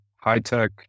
high-tech